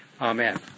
Amen